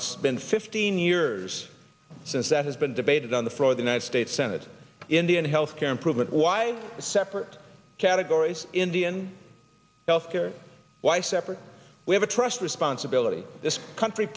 it's been fifteen years since that has been debated on the floor the united states senate indian health care improvement why separate categories indian health care why separate we have a trust responsibility this country